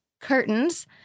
curtains